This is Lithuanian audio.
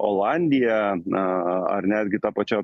olandija na ar netgi ta pačia